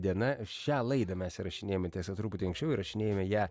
diena šią laidą mes įrašinėjam tiesa truputį anksčiau įrašinėjame ją